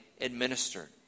administered